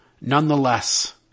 nonetheless